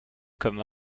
comme